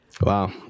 Wow